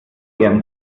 ihren